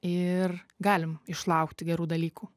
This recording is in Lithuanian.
ir galim išlaukti gerų dalykų